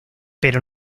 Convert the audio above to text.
pero